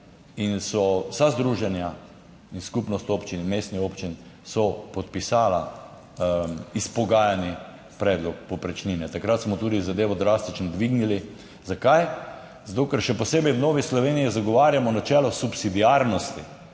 in so vsa združenja in skupnost občin, mestnih občin, so podpisala izpogajani predlog povprečnine. Takrat smo tudi zadevo drastično dvignili. Zakaj? Zato, ker še posebej v Novi Sloveniji zagovarjamo načelo subsidiarnosti.